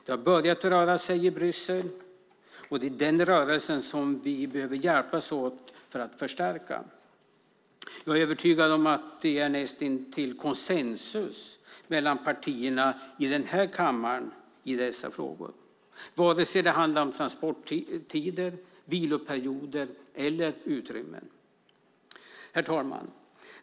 Det har börjat röra på sig i Bryssel, och det är den rörelsen vi behöver hjälpas åt att förstärka. Jag är övertygad om att det är näst intill konsensus mellan partierna i den här kammaren i dessa frågor, vare sig det handlar om transporttider, viloperioder eller utrymme. Herr talman!